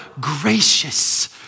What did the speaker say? gracious